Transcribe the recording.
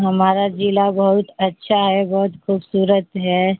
ہمارا ضلع بہت اچھا ہے بہت خوبصورت ہے